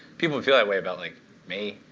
people would feel that way about like me.